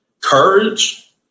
Courage